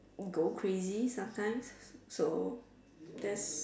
go crazy sometime so that's